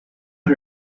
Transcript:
put